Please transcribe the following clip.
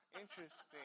interesting